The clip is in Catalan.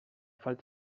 falta